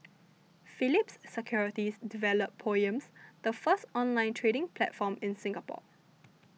Phillips Securities developed Poems the first online trading platform in Singapore